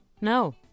No